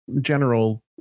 general